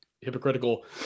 hypocritical